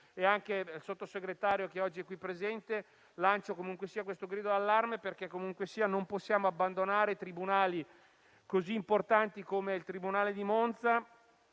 lo è il Sottosegretario oggi qui presente. Lancio comunque questo grido d'allarme perché non possiamo abbandonare tribunali così importanti come il tribunale di Monza,